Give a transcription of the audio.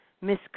Miss